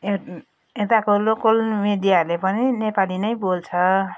ए यताको लोकल मिडियाहरूले पनि नेपाली नै बोल्छ